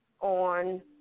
On